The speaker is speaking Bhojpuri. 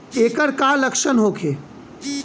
ऐकर का लक्षण होखे?